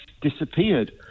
disappeared